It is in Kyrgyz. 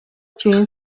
чейин